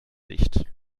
licht